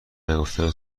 نگفتن